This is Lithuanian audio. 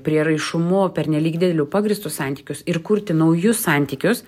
prieraišumu pernelyg dideliu pagrįstus santykius ir kurti naujus santykius